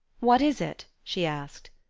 what is it? she asked.